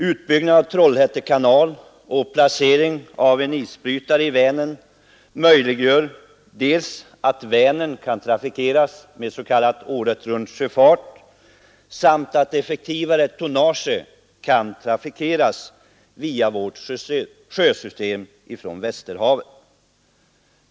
Utbyggnaden av Trollhätte kanal och placeringen av en isbrytare i Vänern möjliggör dels att Vänern kan trafikeras med s.k. året-runt-sjöfart, dels att effektivare tonnage kan befara vårt sjösystem från Västerhavet.